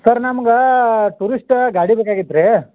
sir ನಮ್ಗೆ tourist ಗಾಡಿ ಬೇಕಾಗಿತ್ತು ರೀ